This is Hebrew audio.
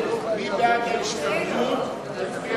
מי שבעד השתמטות, יצביע.